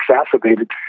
exacerbated